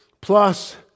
plus